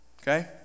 Okay